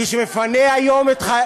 מי שמפנים היום את,